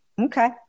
Okay